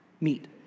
meet